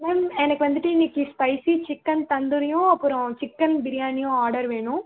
ma'am எனக்கு வந்துட்டு இன்றைக்கு ஸ்பைசி சிக்கன் தந்தூரியும் அப்புறம் சிக்கன் பிரியாணியும் ஆர்டர் வேணும்